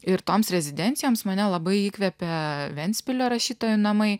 ir toms rezidencijoms mane labai įkvepia ventspilio rašytojų namai